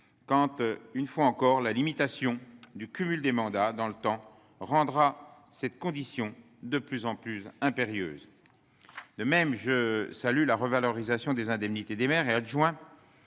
je le répète, la limitation du cumul des mandats dans le temps rendra ces garanties de plus en plus impérieuses. De même, je salue la revalorisation des indemnités des maires et des adjoints,